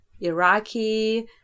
Iraqi